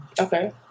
Okay